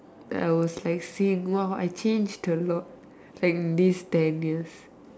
I was like saying !wah! I changed a lot like in this ten years